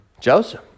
Joseph